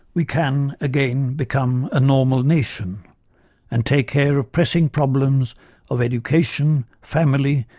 we can again become a normal nation and take care of pressing problems of education, family,